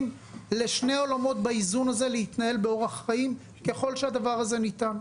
לשני עולמות באיזון הזה להתנהל באורח חיים ככל שהדבר הזה ניתן.